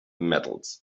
metals